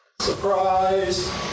Surprise